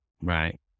right